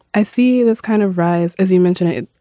i see this kind of rise as you mentioned it.